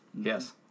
Yes